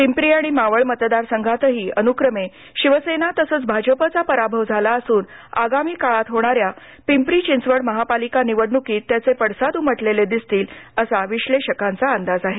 पिंपरी आणि मावळ मतदार संघातही अनुक्रमे शिवसेना तसंच भाजपचा पराभव झाला असून आगामी काळात होणाऱ्या पिंपरी चिंचवड महापालिका निवडणुकीत त्याचे पडसाद उमटलेले दिसतील असा विश्वेषकांचा अंदाज आहे